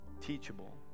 teachable